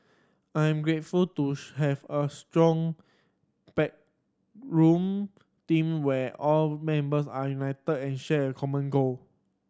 I am grateful to have a strong backroom team where all members are united and share a common goal